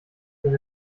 wenn